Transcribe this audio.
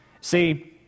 See